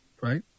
right